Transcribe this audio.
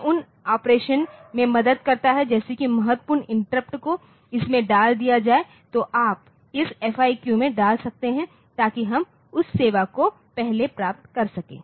यह उन ऑपरेशन में मदद करता है जैसे कि महत्वपूर्ण इंटरप्ट को इसमें डाल दिया जाए तो आप इस FIQ में डाल सकते हैं ताकि हम उस सेवा को पहले प्राप्त कर सकें